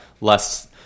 less